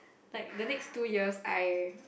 like the next two years I